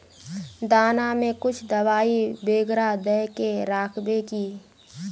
दाना में कुछ दबाई बेगरा दय के राखबे की?